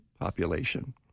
population